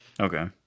okay